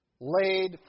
laid